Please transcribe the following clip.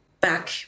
back